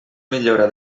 millora